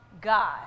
God